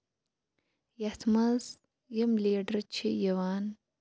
یَتھ منٛز یِم لیٖڈر چھِ یِوان